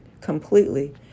completely